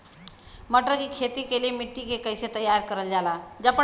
मटर की खेती के लिए मिट्टी के कैसे तैयार करल जाला?